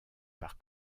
par